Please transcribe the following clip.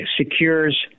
secures